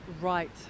right